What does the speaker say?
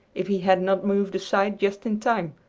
if he had not moved aside just in time.